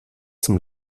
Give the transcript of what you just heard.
zum